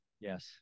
Yes